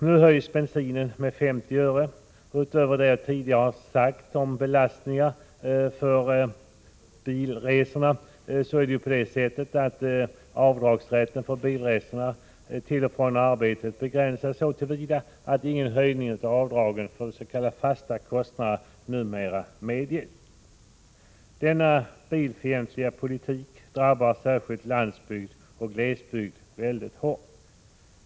Nu höjs bensinpriset med 50 öre, och utöver vad jag tidigare sagt om belastningen beträffande bilresor har rätten till avdrag för bilresor till och från arbetet begränsats så till vida att ingen höjning av avdragen för de s.k. fasta kostnaderna numera medges. Denna bilfientliga politik drabbar särskilt landsbygd och glesbygd väldigt hårt.